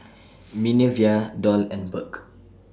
Minervia Doll and Burk